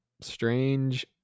strange